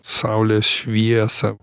saulės šviesą